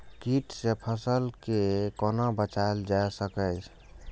कीट से फसल के कोना बचावल जाय सकैछ?